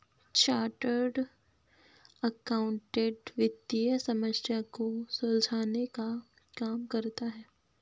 chartered accountant वित्तीय समस्या को सुलझाने का काम करता है